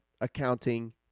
accounting